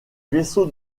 vaisseaux